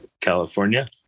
California